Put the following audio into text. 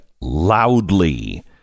loudly